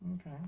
Okay